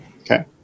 Okay